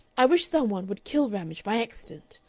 i wish some one would kill ramage by accident.